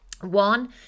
one